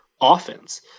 offense